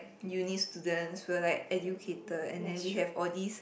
uni students we're like educated and then we have all these